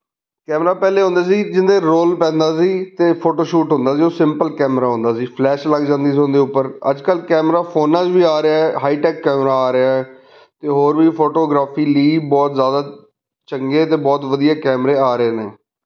camera ਪਹਿਲਾਂ ਹੁੰਦੇ ਸੀ ਜਿਹਦੇ ਰੋਲ ਪੈਂਦਾ ਸੀ ਅਤੇ ਫੋਟੋ ਸ਼ੂਟ ਹੁੰਦਾ ਸੀ ਉਹ ਸਿੰਪਲ ਕੈਮਰਾ ਹੁੰਦਾ ਸੀ ਫਲੈਸ਼ ਲੱਗ ਜਾਂਦੀ ਸੀ ਉਹਦੇ ਉੱਪਰ ਅੱਜ ਕੱਲ੍ਹ ਕੈਮਰਾ ਫੋਨਾਂ 'ਚ ਵੀ ਆ ਰਿਹਾ ਹਾਈ ਟੈਕ ਕੈਮਰਾ ਆ ਰਿਹਾ ਅਤੇ ਹੋਰ ਵੀ ਫੋਟੋਗ੍ਰਾਫੀ ਲਈ ਬਹੁਤ ਜ਼ਿਆਦਾ ਚੰਗੇ ਅਤੇ ਬਹੁਤ ਵਧੀਆ ਕੈਮਰੇ ਆ ਰਹੇ ਨੇ